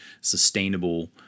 sustainable